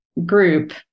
group